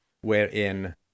wherein